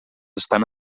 estan